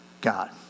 God